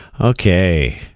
Okay